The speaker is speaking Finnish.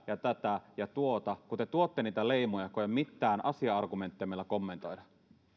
ja tätä ja tuota kun te tuotte niitä leimoja kun ei ole mitään asia argumentteja millä kommentoida